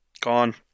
Gone